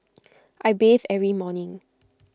I bathe every morning